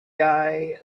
guy